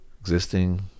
Existing